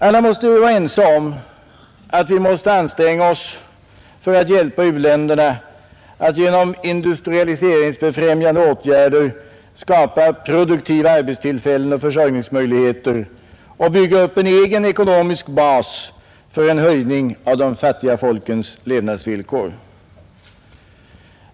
Alla torde vara ense om att vi måste anstränga oss för att hjälpa u-länderna att genom industrialiseringsfrämjande åtgärder skapa produktiva arbetstillfällen och försörjningsmöjligheter och bygga upp en egen ekonomisk bas för en höjning av de fattiga folkens levnadsvillkor.